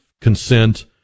consent